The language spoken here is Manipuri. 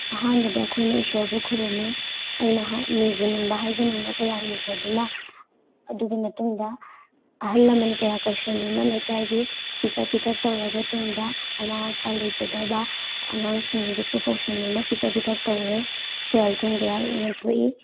ꯑꯍꯥꯟꯕꯗ ꯑꯩꯈꯣꯏꯅ ꯏꯁꯣꯔꯕꯨ ꯈꯨꯔꯨꯝꯃꯤ ꯑꯩꯅ ꯅꯤꯖꯅꯤꯡꯕ ꯍꯥꯏꯖꯅꯤꯡꯕ ꯀꯌꯥ ꯅꯤꯖꯗꯨꯅ ꯑꯗꯨꯒꯤ ꯃꯇꯨꯡꯗ ꯑꯍꯜꯂꯃꯟ ꯀꯌꯥ ꯀꯧꯁꯤꯟꯗꯨꯅ ꯂꯩꯀꯥꯏꯒꯤ ꯄꯤꯖ ꯄꯤꯊꯛ ꯇꯧꯔꯕ ꯇꯨꯡꯗ ꯃꯃꯥ ꯃꯄꯥ ꯂꯩꯖꯗꯕ ꯑꯉꯥꯡꯁꯤꯡꯕꯨꯁꯨ ꯀꯧꯁꯤꯟꯗꯨꯅ ꯄꯤꯖ ꯄꯤꯊꯛ ꯇꯧꯔꯦ ꯁꯦꯜ ꯊꯨꯝ ꯀꯌꯥ ꯌꯦꯟꯊꯣꯛꯏ